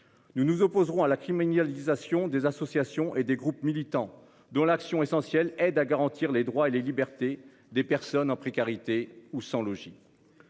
Nous nous opposerons à la criminalisation des associations et des groupes militants dont l'action essentielle aident à garantir les droits et les libertés des personnes en précarité ou sans logis.